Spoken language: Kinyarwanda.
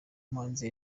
umuhanzi